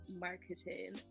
Marketing